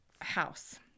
house